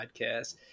podcast